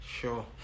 sure